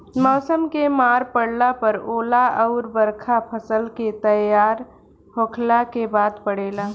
मौसम के मार पड़ला पर ओला अउर बरखा फसल के तैयार होखला के बाद पड़ेला